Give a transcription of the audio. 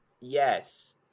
yes